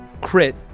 crit